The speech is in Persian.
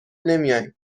نمیایم